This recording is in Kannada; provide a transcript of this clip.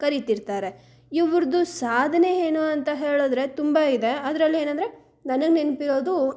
ಕರೀತಿರ್ತಾರೆ ಇವ್ರದ್ದು ಸಾಧನೆ ಏನು ಅಂತ ಹೇಳಿದ್ರೆ ತುಂಬ ಇದೆ ಅದರಲ್ಲಿ ಏನೆಂದ್ರೆ ನನಗೆ ನೆನಪಿರೋದು